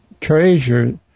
treasure